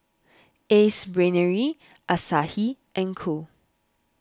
Ace Brainery Asahi and Cool